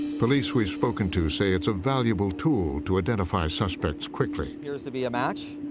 police we've spoken to say it's a valuable tool to identify suspects quickly. appears to be a match,